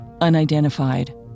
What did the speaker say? unidentified